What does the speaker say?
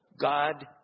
God